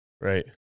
Right